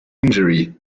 injury